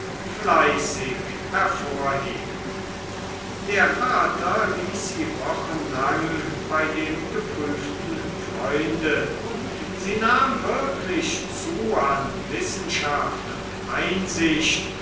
fleißig hervorheben der vater ließ sie wochenlang bei dem geprüften freunde sie nahm wirklich zu an wissenschaft und einsicht